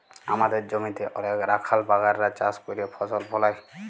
আমাদের জমিতে অলেক রাখাল বাগালরা চাষ ক্যইরে ফসল ফলায়